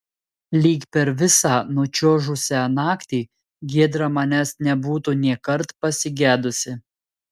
lyg per visą nučiuožusią naktį giedra manęs nebūtų nėkart pasigedusi